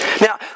Now